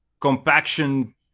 compaction